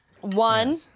One